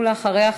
ולאחריה,